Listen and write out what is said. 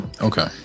Okay